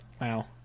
Wow